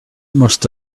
must